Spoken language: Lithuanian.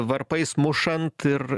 varpais mušant ir